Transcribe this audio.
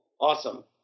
awesome